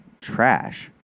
trash